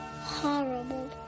Horrible